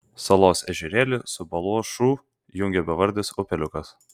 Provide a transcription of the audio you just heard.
salos ežerėlį su baluošu jungia bevardis upeliukas